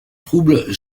trouble